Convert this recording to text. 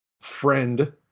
friend